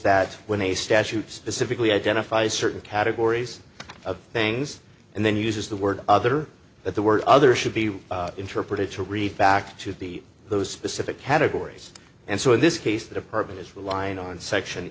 that when a statute specifically identify certain categories of things and then uses the word other that the word other should be interpreted to reach back to the those specific categories and so in this case the department is relying on section